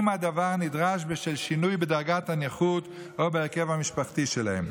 אם הדבר נדרש בשל שינוי בדרגת הנכות או בהרכב המשפחתי שלהם.